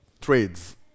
trades